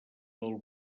del